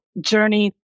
journey